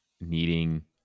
needing